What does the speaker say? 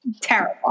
Terrible